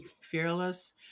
fearless